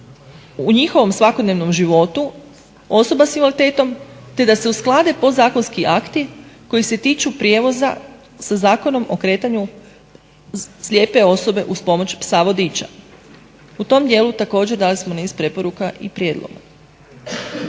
u njihovom svakodnevnom životu osoba s invaliditetom te da usklade podzakonski akti koji se tiču prijevoza sa Zakonom o kretanju slijepe osobe uz pomoć psa vodiča. U tom dijelu također dali smo niz preporuka i prijedloga.